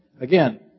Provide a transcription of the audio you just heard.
again